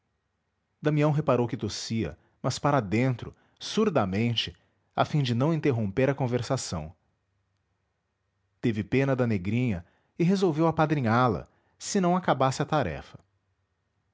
damião reparou que tossia mas para dentro surdamente a fim de não interromper a conversação teve pena da negrinha e resolveu apadrinhá la se não acabasse a tarefa